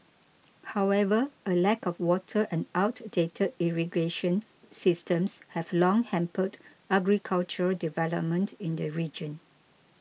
however a lack of water and outdated irrigation systems have long hampered agricultural development in the region